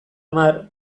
hamar